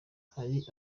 hari